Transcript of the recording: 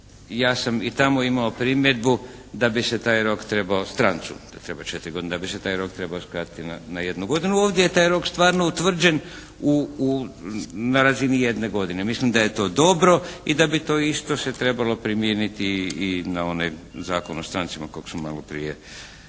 Ja sam i tamo imao primjedbu da bi se taj rok trebao, strancu da treba četiri godine, da bi se taj rok trebao skratiti na jednu godinu. Ovdje je taj rok stvarno utvrđen u, na razini jedne godine. Mislim da je to dobro i da bi to isto se trebalo primijeniti i na onaj Zakon o strancima kojeg smo maloprije diskutirali.